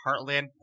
Heartland